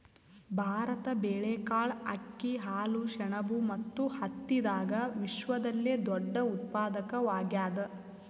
ಭಾರತ ಬೇಳೆಕಾಳ್, ಅಕ್ಕಿ, ಹಾಲು, ಸೆಣಬು ಮತ್ತು ಹತ್ತಿದಾಗ ವಿಶ್ವದಲ್ಲೆ ದೊಡ್ಡ ಉತ್ಪಾದಕವಾಗ್ಯಾದ